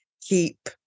keep